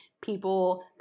people